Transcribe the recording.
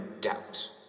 doubt